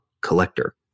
collector